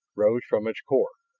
rose from its core.